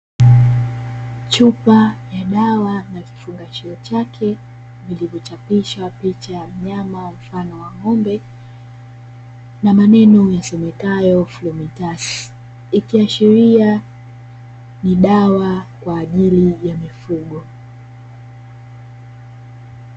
Chupa ya dawa na kifungashio chake vilivyochapisha picha ya mnyama kwa mfano wa ng'ombe na maneno yasomekayo " "FLUDITASI" ikiashiria ni dawa kwaajili ya mifugo.